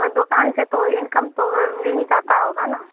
और दुक़ान से तो इनकम तो मिल ही जाती होगी ना